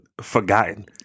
forgotten